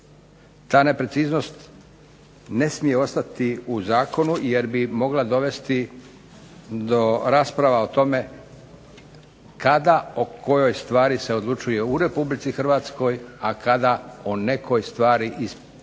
TA nepreciznost ne smije ostati u Zakonu jer bi mogla dovesti do rasprava o tome kada o kojoj stvari se odlučuje u Republici Hrvatskoj, a kada o nekoj stvari iz